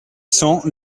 cents